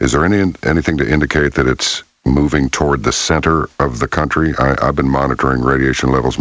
is there any and anything to indicate that it's moving toward the center of the country been monitoring radiation levels